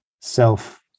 self